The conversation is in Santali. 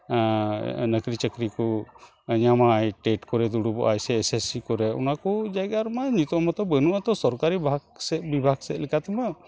ᱱᱩᱠᱨᱤ ᱪᱟᱠᱨᱤ ᱠᱚ ᱧᱟᱢᱟᱭ ᱴᱮᱹᱴ ᱠᱚᱨᱮᱭ ᱫᱩᱲᱩᱵᱚᱜᱼᱟᱭ ᱥᱮ ᱮᱥᱮᱥᱥᱤ ᱠᱚᱨᱮ ᱚᱱᱟ ᱠᱚ ᱡᱟᱭᱜᱟ ᱨᱮᱢᱟ ᱱᱤᱛᱳᱜ ᱢᱟᱛᱚ ᱵᱟᱹᱱᱩᱜᱼᱟᱛᱚ ᱥᱚᱨᱠᱟᱨᱤ ᱵᱷᱟᱜᱽ ᱥᱮᱡ ᱵᱤᱵᱷᱟᱜᱽ ᱥᱮᱡ ᱞᱮᱠᱟ ᱛᱮᱢᱟ